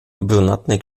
brunatny